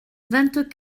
vingt